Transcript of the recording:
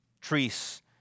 trees